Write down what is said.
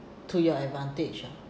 to your advantage lah